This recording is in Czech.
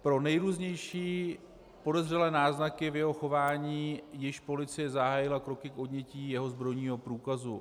Pro nejrůznější podezřelé náznaky v jeho chování již policie zahájila kroky k odnětí jeho zbrojního průkazu.